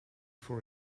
for